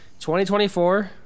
2024